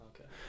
Okay